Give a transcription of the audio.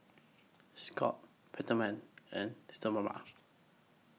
Scott's Peptamen and Sterimar